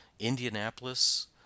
Indianapolis